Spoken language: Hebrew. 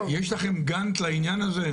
יש לכם גאנט לעניין זה?